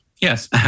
Yes